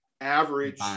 average